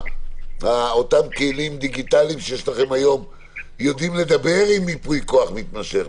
האם אותם כלים דיגיטליים שיש לכם היום יודעים לדבר עם ייפוי כוח מתמשך?